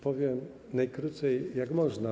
Powiem najkrócej, jak można.